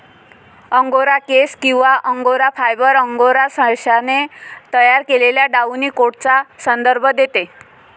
angora केस किंवा angora fibre, angora सशाने तयार केलेल्या डाउनी कोटचा संदर्भ देते